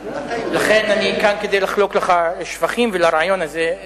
לכן אני כאן, כדי לחלוק שבחים לך ולרעיון הזה,